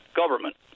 government